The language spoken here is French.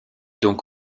donc